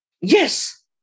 Yes